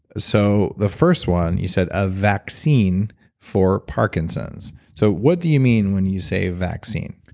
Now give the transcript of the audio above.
so the first one, you said a vaccine for parkinson's. so what do you mean when you say vaccine?